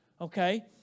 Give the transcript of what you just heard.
okay